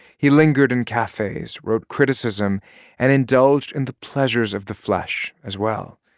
he lingered in cafes, wrote criticism and indulged in the pleasures of the flesh as well.